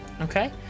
Okay